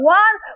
one